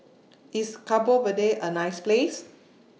IS Cabo Verde A nice Place